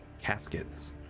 caskets